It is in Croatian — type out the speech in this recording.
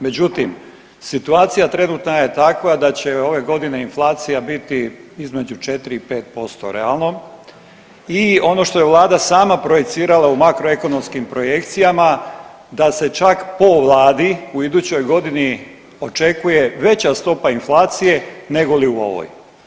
Međutim, situacija trenutna je takva da će ove godine inflacija biti između 4 i 5% realno i ono što je vlada sama projicirala u makroekonomskim projekcijama da se čak po vladi u idućoj godini očekuje veća stopa inflacije nego li u ovoj.